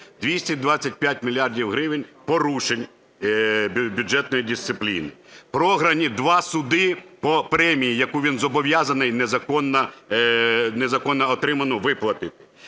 225 мільярдів гривень порушень бюджетної дисципліни, програні два суди по премії, яку він зобов'язаний (незаконно отриману) виплатити,